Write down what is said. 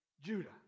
Judah